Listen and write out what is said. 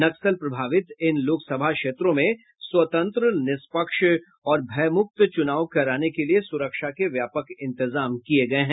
नक्सल प्रभावित इन लोकसभा क्षेत्रों में स्वतंत्र निष्पक्ष और भयमुक्त चुनाव कराने के लिए सुरक्षा के व्यापक इंतजाम किये गये हैं